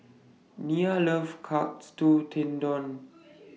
Nena loves Katsu Tendon